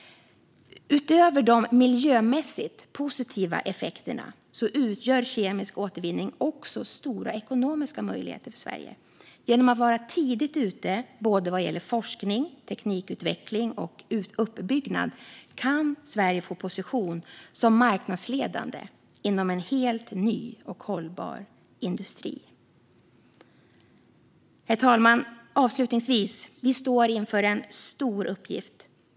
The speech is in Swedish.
Utöver de miljömässigt positiva effekterna utgör kemisk återvinning också stora ekonomiska möjligheter för Sverige. Genom att vara tidigt ute vad gäller både forskning, teknikutveckling och uppbyggnad kan Sverige få en position som marknadsledande inom en helt ny och hållbar industri. Herr talman! Vi står inför en stor uppgift.